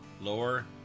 lower